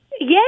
Yes